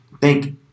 thank